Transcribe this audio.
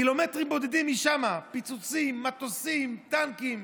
קילומטרים בודדים משם, פיצוצים, מטוסים, טנקים.